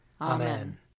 Amen